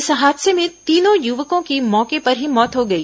इस हादसे में तीनों युवकों की मौके पर ही मौत हो गई